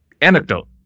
anecdote